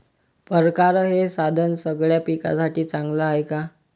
परकारं हे साधन सगळ्या पिकासाठी चांगलं हाये का?